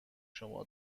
شما